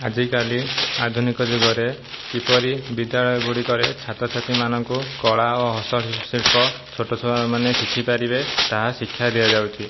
ଆଜିକାଲି ଆଧୁନିକ ଯୁଗରେ କିପରି ବିଦ୍ୟାଳୟ ଗୁଡ଼ିକରେ ଛାତ୍ରଛାତ୍ରୀ ମାନଙ୍କୁ କଳା ଓ ହସ୍ତଶିଳ୍ପ ଛୋଟ ଛୁଆମାନେ ଶିଖି ପାରିବେ ତାହା ଶିକ୍ଷା ଦିଆଯାଉଛି